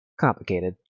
complicated